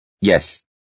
yes